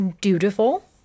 dutiful